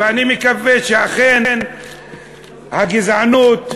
אני מקווה שאכן הגזענות,